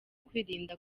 kwirinda